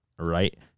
Right